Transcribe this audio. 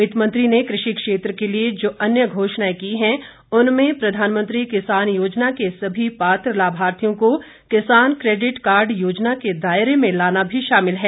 वित्तमंत्री ने कृषि क्षेत्र के लिए जो अन्य घोषणाएं की हैं उनमें प्रधानमंत्री किसान योजना के सभी पात्र लाभार्थियों को किसान क्रेडिट कार्ड योजना के दायरे में लाना भी शामिल है